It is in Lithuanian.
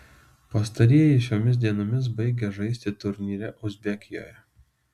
pastarieji šiomis dienomis baigia žaisti turnyre uzbekijoje